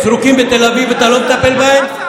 זרוקים בתל אביב, ואתה לא מטפל בהם.